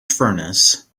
furnace